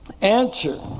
Answer